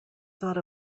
thought